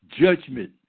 judgment